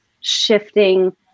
shifting